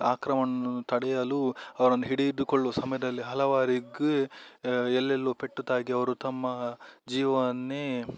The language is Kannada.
ಆಕ್ರಮಣನ್ನು ತಡೆಯಲು ಅವರನ್ನು ಹಿಡಿದುಕೊಳ್ಳುವ ಸಮಯದಲ್ಲಿ ಹಲವರಿಗೆ ಎಲ್ಲೆಲ್ಲೊ ಪೆಟ್ಟುತಾಗಿ ಅವರು ತಮ್ಮ ಜೀವನ್ನೇ